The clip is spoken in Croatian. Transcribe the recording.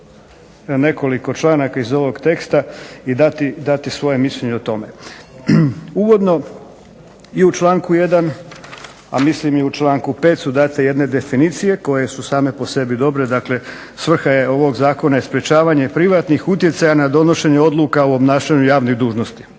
nekoliko članaka iz ovog teksta i dati svoje mišljenje o tome. Uvodno i u članku 1. a mislim i u članku 5. su date jedne definicije koje su same po sebi dobre. Dakle, svrha je ovog zakona je sprječavanje privatnih utjecaja na donošenje odluka u obnašanju javnih dužnosti